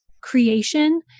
creation